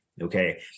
Okay